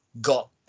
got